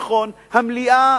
נכון, המליאה